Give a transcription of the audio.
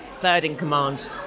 third-in-command